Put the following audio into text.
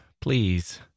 please